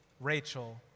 Rachel